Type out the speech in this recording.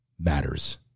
matters